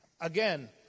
Again